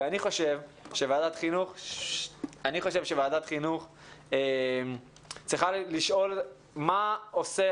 אני חושב שוועדת חינוך צריכה לשאול מה עושה